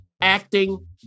Acting